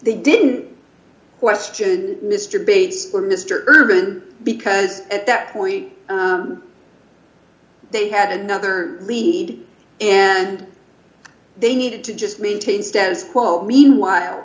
they didn't question mr d bates or mr urban because at that point they had another lead and they needed to just maintain status quo meanwhile